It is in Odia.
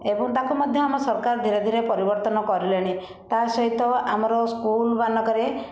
ଏବଂ ତାକୁ ମଧ୍ୟ ଆମ ସରକାର ଧୀରେ ଧୀରେ ପରିବର୍ତ୍ତନ କରିଲେଣି ତା ସହିତ ଆମର ସ୍କୁଲମାନଙ୍କରେ